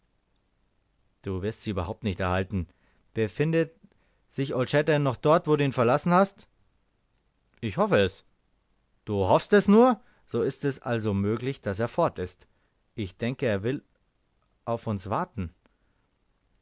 du wirst sie überhaupt nicht erhalten befindet sich old shatterhand noch dort wo du ihn verlassen hast ich hoffe es du hoffst es nur so ist es also möglich daß er fort ist ich denke er will auf uns warten